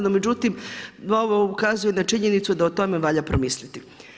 No međutim, ovo ukazuje na činjenicu da o tome valja promisliti.